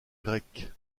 grecque